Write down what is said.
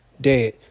dead